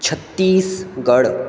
Chhattisgarh